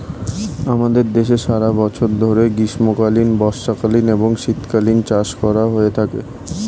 আমাদের দেশে সারা বছর ধরে গ্রীষ্মকালীন, বর্ষাকালীন এবং শীতকালীন চাষ করা হয়ে থাকে